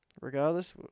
regardless